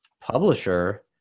publisher